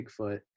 Bigfoot